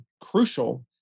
crucial